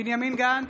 בנימין גנץ,